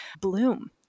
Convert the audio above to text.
bloom